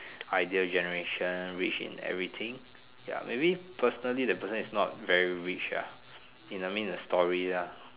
idea generation rich in everything ya maybe personally the person is not very rich uh in I mean the story lah